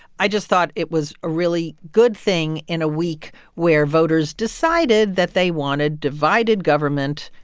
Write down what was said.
i just thought it was a really good thing in a week where voters decided that they wanted divided government.